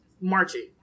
marching